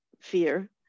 fear